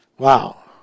Wow